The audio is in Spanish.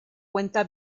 cuenta